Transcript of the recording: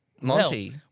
monty